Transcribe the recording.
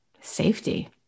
safety